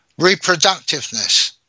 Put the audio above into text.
reproductiveness